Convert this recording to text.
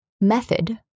method